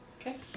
Okay